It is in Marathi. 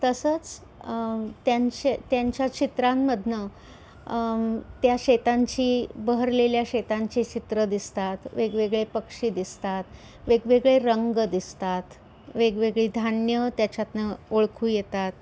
तसंच त्यांचे त्यांच्या चित्रांमधनं त्या शेतांची बहरलेल्या शेतांची चित्रं दिसतात वेगवेगळे पक्षी दिसतात वेगवेगळे रंग दिसतात वेगवेगळी धान्यं त्याच्यातनं ओळखू येतात